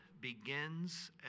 begins